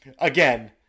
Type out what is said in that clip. again